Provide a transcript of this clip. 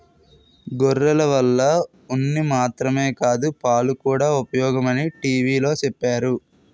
గొర్రెల వల్ల ఉన్ని మాత్రమే కాదు పాలుకూడా ఉపయోగమని టీ.వి లో చెప్పేరు